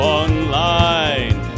online